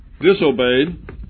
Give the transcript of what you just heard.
disobeyed